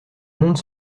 monde